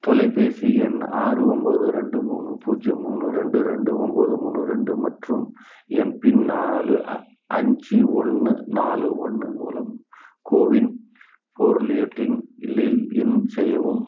தொலைபேசி எண் ஆறு ஒம்பது ரெண்டு மூணு பூஜ்ஜியம் மூணு ரெண்டு ரெண்டு ஒம்பது மூணு ரெண்டு மற்றும் எம்பின் நாலு அஞ்சு ஒன்று நாலு ஒன்று மூலம் கோவின் இன் செய்யவும்